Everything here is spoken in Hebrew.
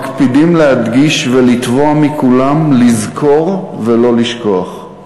מקפידים להדגיש ולתבוע מכולם "לזכור ולא לשכוח";